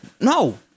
no